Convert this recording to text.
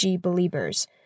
believers